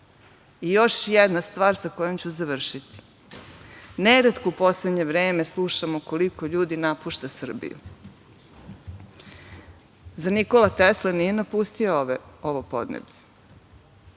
još jedna stvar sa kojom ću završiti. Neretko u poslednje vreme slušamo koliko ljudi napušta Srbiju. Zar Nikola Tesla nije napustio ovo podneblje?